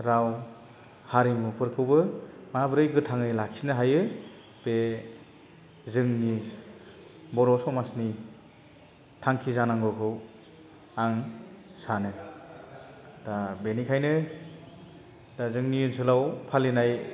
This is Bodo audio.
राव हारिमुफोरखौबो माब्रै गोथाङै लाखिनो हायो बे जोंनि बर' समाजनि थांखि जानांगौखौ आं सानो दा बेनिखायनो दा जोंनि ओनसोलाव फालिनाय